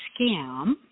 scam